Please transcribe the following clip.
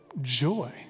joy